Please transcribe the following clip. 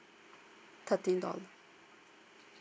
thirteen dollar